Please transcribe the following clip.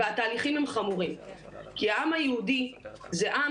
התהליכים הם חמורים כי העם היהודי זה עם